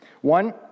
One